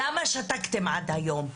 למה שתקתם עד היום?